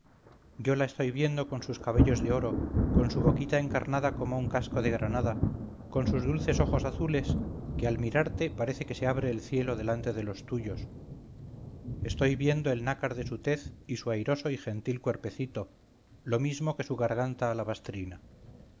yo la estoy viendo con sus cabellos de oro con su boquita encarnada como un casco de granada con sus dulces ojos azules que al mirarte parece que se abre el cielo delante de los tuyos estoy viendo el nácar de su tez y su airoso y gentil cuerpecito lo mismo que su garganta